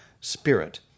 spirit